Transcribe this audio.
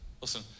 Listen